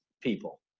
people